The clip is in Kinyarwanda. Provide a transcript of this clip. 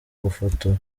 gufotora